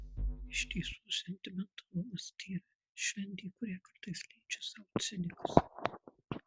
iš tiesų sentimentalumas tėra šventė kurią kartais leidžia sau cinikas